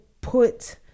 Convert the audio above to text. put